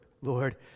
Lord